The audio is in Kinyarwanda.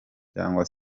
cyangwa